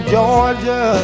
Georgia